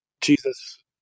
Jesus